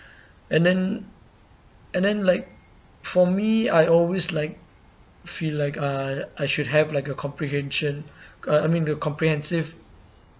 and then and then like for me I always like feel like uh I should have like a comprehension uh I mean the comprehensive